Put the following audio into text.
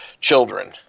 children